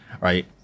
right